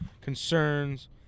concerns